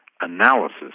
analysis